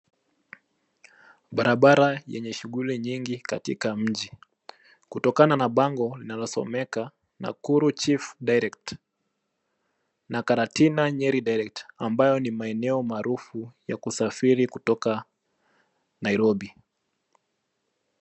Barabara yenye shughuli nyingi katika mji. Kutokana na bango linalosomeka Nakuru Chief Direct na Karatina Nyeri Direct ambayo ni maeneo maarufu ya kusafiri kutoka Nairobi.